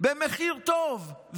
במחיר טוב,